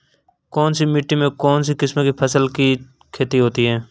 कौनसी मिट्टी में कौनसी किस्म की फसल की खेती होती है?